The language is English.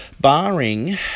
Barring